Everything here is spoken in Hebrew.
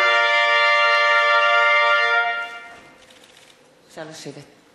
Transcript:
קרואטיה ונשיא מדינת ישראל.) (תרועת חצוצרות) בבקשה לשבת.